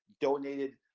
donated